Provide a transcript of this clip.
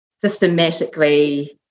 systematically